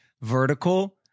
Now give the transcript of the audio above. vertical